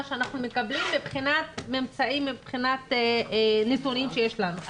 שאנחנו מקבלים מבחינת ממצאים ונתונים שיש לנו.